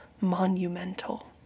monumental